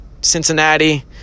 Cincinnati